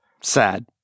Sad